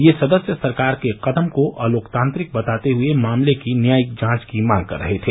ये सदस्य सरकार के कदम को अलोकतांत्रिक बताते हुये मामले की न्यायिक जांच की मांग कर रहे थे